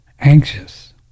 anxious